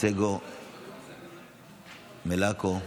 צגה מלקו.